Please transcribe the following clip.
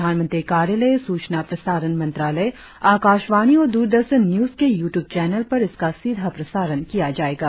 प्रधानमंत्री कार्यालय सूचना प्रसारण मंत्रालय आकाशवाणी और द्ररदर्शन न्यूज के यू ट्यूब चैनल पर इसका सीधा प्रसारण किया जायेगा